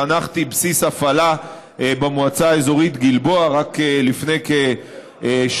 חנכתי בסיס הפעלה במועצה האזורית גלבוע רק לפני כשבוע,